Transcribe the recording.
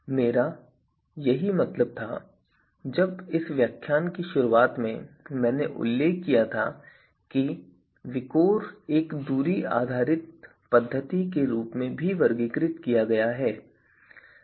मेरा यही मतलब था जब इस व्याख्यान की शुरुआत में यह उल्लेख किया गया था कि विकोर को दूरी आधारित पद्धति के रूप में भी वर्गीकृत किया गया है